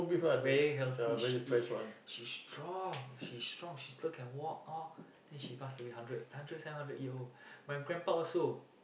very healthy she eat she strong she's strong she still can walk all then she pass away hundred hundred seven hundred year old my grandpa also